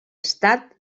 estat